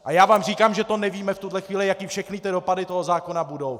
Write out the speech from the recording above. A já vám říkám, že to nevíme v tuto chvíli, jaké všechny dopady toho zákona budou!